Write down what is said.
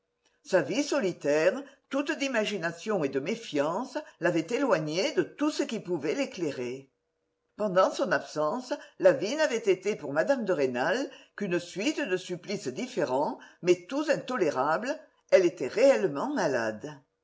sa vie solitaire toute d'imagination et de méfiance l'avait éloigné de tout ce qui pouvait l'éclairer pendant son absence la vie n'avait été pour mme de rênal qu'une suite de supplices différents mais tous intolérables elle était réellement malade